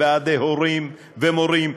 ועדי הורים ומורים,